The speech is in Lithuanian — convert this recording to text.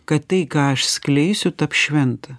kad tai ką aš skleisiu taps šventa